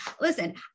listen